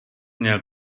měl